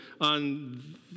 on